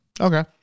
Okay